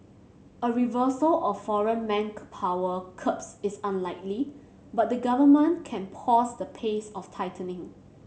a reversal of foreign manpower curbs is unlikely but the Government can pause the pace of tightening